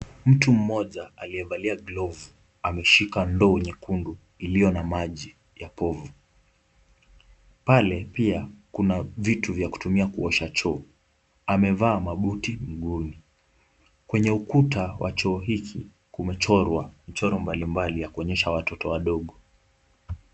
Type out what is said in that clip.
Mtu mmoja aliyevalia glovu ameshika ndoo nyekundu iliyo na maji ya povu. Pale pia kuna vitu vya kutumia kuosha choo. Amevaa mabuti mguuni. Kwenye ukuta wa choo hiki kumechorwa mchoro mbalimbali ya kuonyesha watoto wadogo.